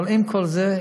אבל עם כל זה,